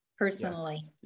personally